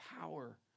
power